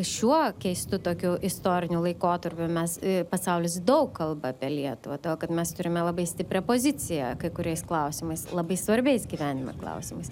šiuo keistu tokiu istoriniu laikotarpiu mes pasaulis daug kalba apie lietuvą todėl kad mes turime labai stiprią poziciją kai kuriais klausimais labai svarbiais gyvenime klausimais